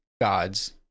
gods